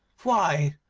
why,